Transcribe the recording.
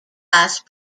vice